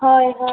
ꯍꯣꯏ ꯍꯣꯏ